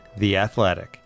theathletic